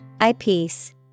Eyepiece